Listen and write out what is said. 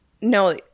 No